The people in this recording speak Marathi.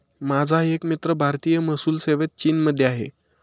माझा एक मित्र भारतीय महसूल सेवेत चीनमध्ये आहे